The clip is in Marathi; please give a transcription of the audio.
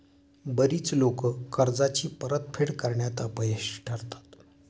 बरीच लोकं कर्जाची परतफेड करण्यात अपयशी ठरतात